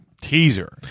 teaser